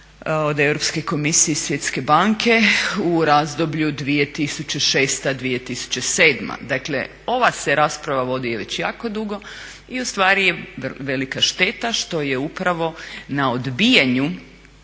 od Europske komisije i Svjetske banke u razdoblju 2006-2007. Dakle, ova se rasprava vodi već jako dugo i ustvari je velika šteta što je upravo na odbijanju